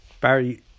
Barry